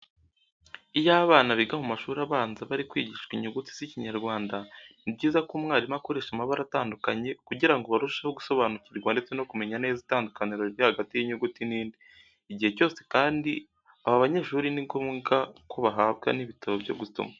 Iyo abana biga mu mashuri abanza bari kwigishwa inyuguti z'Ikinyarwanda, ni byiza ko umwarimu akoresha amabara atandukanye kugira ngo barusheho gusobanukirwa ndetse no kumenya neza itandukaniro riri hagati y'inyuguti n'indi. Igihe cyose kandi aba banyeshuri ni ngombwa ko bahabwa n'ibitabo byo gusoma.